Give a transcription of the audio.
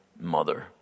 mother